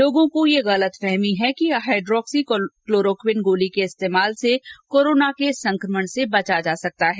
लोगों को ये गलतफहमी है कि हाइड्रोक्सीक्लोरोक्विन गोली के इस्तेमाल से कोरोना के संक्रमण से बचा जा सकता है